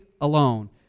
alone